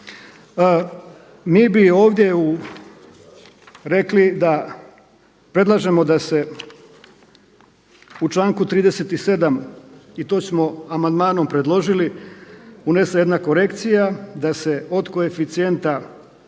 Mi bi ovdje rekli da predlažemo da se u članku 37. i to smo amandmanom predložili, unese jedna korekcija da se od koeficijenta